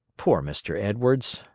poor mr. edwards!